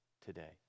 today